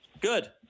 Good